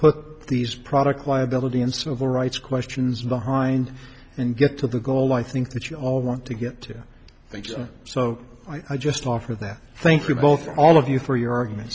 put these product liability and civil rights questions behind and get to the goal i think that you all want to get to thank you so i just offer that thank you both for all of you for your argument